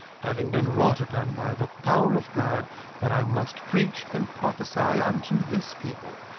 having been wrought upon by the power of god that i must preach and prophesy unto this people,